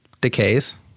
decays